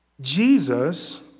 Jesus